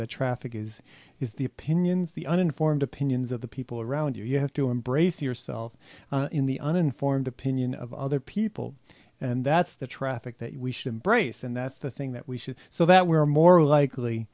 the traffic is is the opinions the uninformed opinions of the people around you you have to embrace yourself in the uninformed opinion of other people and that's the traffic that we should embrace and that's the thing that we should so that we're more likely